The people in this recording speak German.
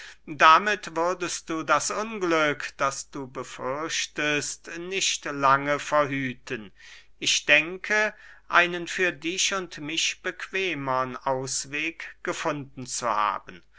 damit würdest du das unglück das du befürchtest nicht lange verhüten ich denke einen für dich und mich bequemern ausweg gefunden zu haben